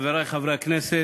חברי חברי הכנסת,